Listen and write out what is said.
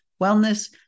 wellness